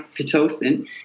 pitocin